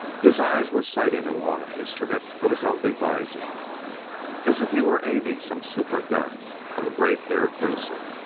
his eyes were sighting along an instrument of his own devising as if he were aiming some super-gun of a great air cruiser.